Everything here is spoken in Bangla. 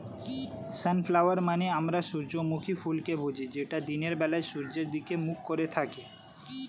সানফ্লাওয়ার মানে আমরা সূর্যমুখী ফুলকে বুঝি যেটা দিনের বেলায় সূর্যের দিকে মুখ করে থাকে